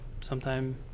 sometime